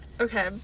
Okay